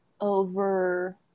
over